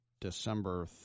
December